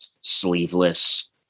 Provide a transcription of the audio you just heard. sleeveless